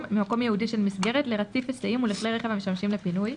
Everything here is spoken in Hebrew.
ממקום ייעודי של מסגרת לרציף היסעים ולכלי רכב המשמשים לפינוי,